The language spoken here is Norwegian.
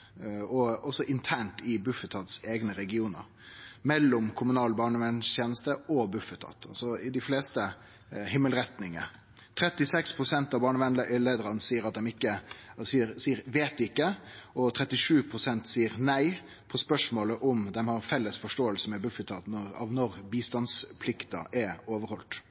sjølv, også internt i Bufetats eigne regionar, mellom kommunal barnevernsteneste og Bufetat – altså i dei fleste himmelretningar. 36 pst. av barnevernsleiarane svarar «veit ikkje», og 37 pst. svarar «nei» på spørsmålet om dei har ei felles forståing med Bufetat av når bistandsplikta er overhalden.